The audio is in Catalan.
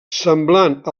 semblant